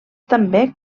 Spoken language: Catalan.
també